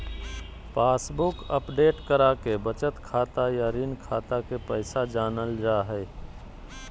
passbook update कराके बचत खाता या ऋण खाता के पैसा जानल जा हय